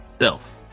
self